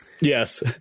Yes